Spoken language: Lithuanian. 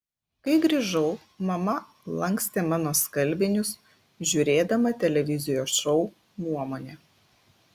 kai grįžau mama lankstė mano skalbinius žiūrėdama televizijos šou nuomonė